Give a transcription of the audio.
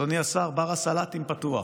אדוני השר, בר הסלטים פתוח.